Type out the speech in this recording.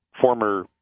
Former